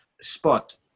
spot